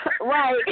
Right